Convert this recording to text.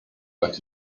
but